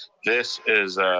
this is